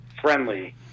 friendly